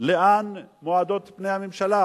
לאן מועדות פני הממשלה,